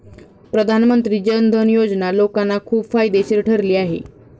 प्रधानमंत्री जन धन योजना लोकांना खूप फायदेशीर ठरली आहे